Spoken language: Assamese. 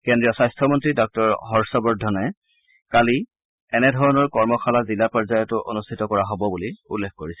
কেন্দ্ৰীয় স্বাস্থমন্নী ডাঃ হৰ্ষ বৰ্ধনে কালি এনেধৰণৰ কৰ্মশালা জিলা পৰ্যায়তো অনুষ্ঠিত কৰা হ'ব বুলি উল্লেখ কৰিছিল